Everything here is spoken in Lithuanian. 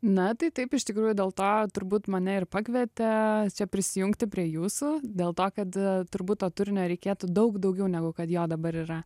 na tai taip iš tikrųjų dėl to turbūt mane ir pakvietė prisijungti prie jūsų dėl to kad turbūt to turinio reikėtų daug daugiau negu kad jo dabar yra